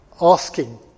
asking